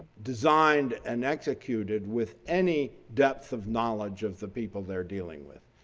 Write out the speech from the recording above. designed and executed with any depth of knowledge of the people they're dealing with.